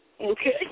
Okay